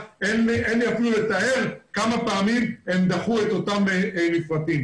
אין לי אפילו לתאר כמה פעמים הם דחו את אותם מפרטים.